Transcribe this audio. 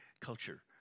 culture